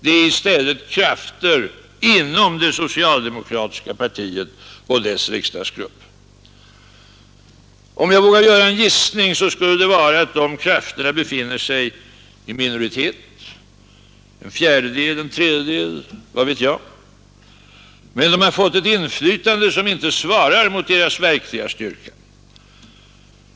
Det är i stället krafter inom-det socialdemokratiska partiet och dess riksdagsgrupp. Om jag vågar göra en gissning skulle det vara att de krafterna befinner sig i minoritet — det kan vara fråga om en fjärdedel eller en tredjedel, vad vet jag — men de har fått ett inflytande, som inte svarar mot deras verkliga styrka.